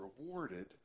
rewarded